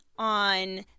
On